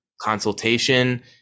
consultation